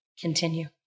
Continue